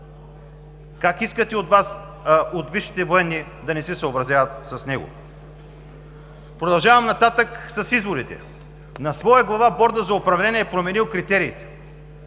как искате от висшите военни да не се съобразяват с него? Продължавам нататък с изводите. „На своя глава Бордът за управление е променил критериите